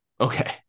Okay